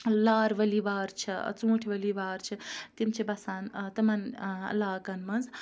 لارؤلی وار چھِ ژوٗنٛٹھۍ ؤلی وار چھِ تِم چھِ بَسان تِمَن علاقَن منٛز